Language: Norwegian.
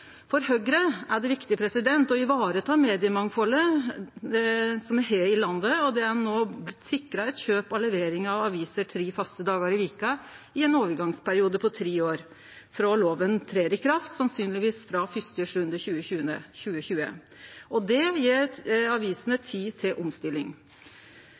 For Høgre er det viktig å vareta mediemangfaldet me har i landet. Det er no blitt sikra eit kjøp av levering av aviser tre faste dagar i veka i ein overgangsperiode på tre år frå lova trer i kraft – sannsynlegvis frå 1. juli 2020. Det gjev avisene tid til omstilling.